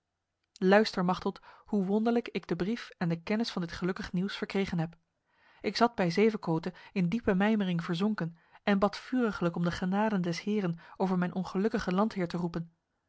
luister machteld hoe wonderlijk ik de brief en de kennis van dit gelukkig nieuws verkregen heb ik zat bij zevekote in diepe mijmering verzonken en bad vuriglijk om de genade des heren over mijn ongelukkige landheer te roepen